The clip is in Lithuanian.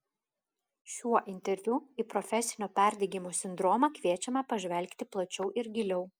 šiuo interviu į profesinio perdegimo sindromą kviečiame pažvelgti plačiau ir giliau